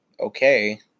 okay